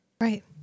Right